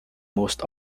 most